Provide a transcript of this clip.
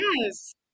Yes